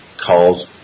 calls